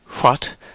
What